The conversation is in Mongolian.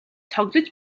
тоглож